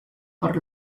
por